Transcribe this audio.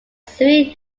sri